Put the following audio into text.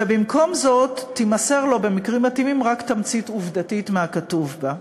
ובמקום זאת תימסר לו במקרים מתאימים רק תמצית עובדתית של הכתוב בה.